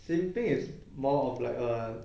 simping is more of like err